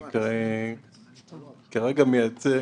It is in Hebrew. אני כרגע מייצג